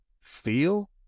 feel